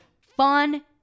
fun